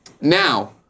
Now